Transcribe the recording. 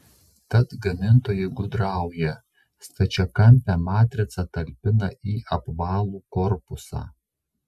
tad gamintojai gudrauja stačiakampę matricą talpina į apvalų korpusą